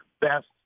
best